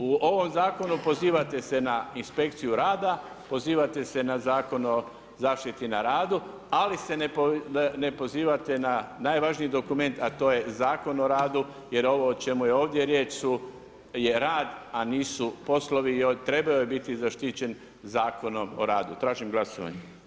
U ovom zakonu pozivate se na inspekciju rada, pozivate se na zakon o zaštiti na radu, ali se ne pozivate na najvažniji dokument a to je zakon o radu, jer ovo o čemu je ovdje riječ, je rad, a nisu poslovi i trebaju biti zaštićen zakon o radu, tražim glasovanje.